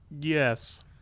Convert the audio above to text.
Yes